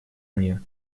мне